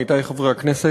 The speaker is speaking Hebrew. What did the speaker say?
עמיתי חברי הכנסת,